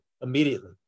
immediately